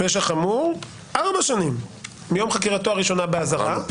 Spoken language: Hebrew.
פשע חמור: ארבע שנים מיום חקירתו הראשונה באזהרה.